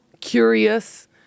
curious